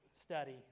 study